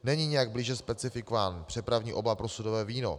Není nijak blíže specifikován přepravní obal pro sudové víno.